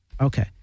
Okay